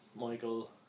Michael